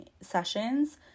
sessions